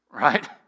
right